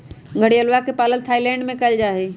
घड़ियलवा के पालन थाईलैंड में कइल जाहई